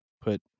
put